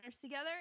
together